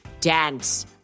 dance